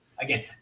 again